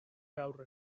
aurre